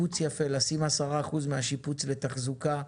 להשקיע 10% מן השיפוץ לתחזוקה,